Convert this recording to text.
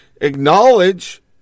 acknowledge